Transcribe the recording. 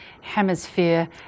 hemisphere